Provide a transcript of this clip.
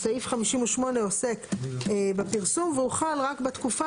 סעיף 58 עוסק בפרסום והוא חל רק בתקפה